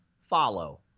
follow